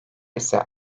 ise